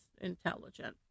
intelligent